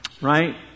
Right